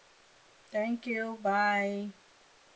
thank you bye